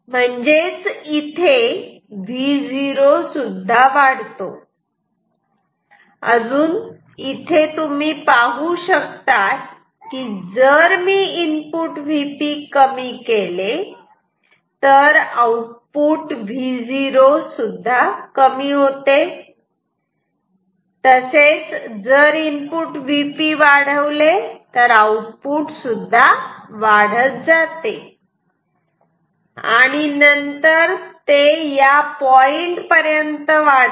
म्हणजेच Vo सुद्धा वाढतो इथे तुम्ही पाहू शकतात की जर मी इनपुट Vp कमी केले तर आउटपुट कमी होते आणि जर इनपुट Vp वाढवले तर आउटपुट सुद्धा वाढत जाते आणि नंतर ते या पॉईंट पर्यंत वाढते